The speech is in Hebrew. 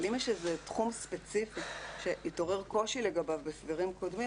אבל אם יש איזה תחום ספציפי שהתעורר קושי לגביו בהסדרים קודמים,